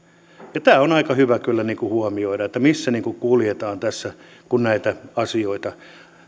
tämä on aika hyvä kyllä huomioida että missä kuljetaan tässä kun näitä asioita